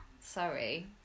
Sorry